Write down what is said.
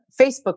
Facebook